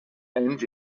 and